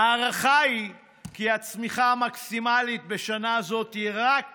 ההערכה היא שהצמיחה המקסימלית בשנה הזאת היא רק